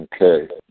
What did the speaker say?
Okay